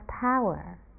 power